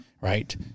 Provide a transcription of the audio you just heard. Right